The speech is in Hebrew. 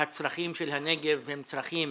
והצרכים של הנגב הם צרכים